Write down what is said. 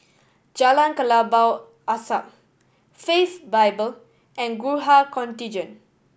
Jalan Kelabu Asap Faith Bible and Gurkha Contingent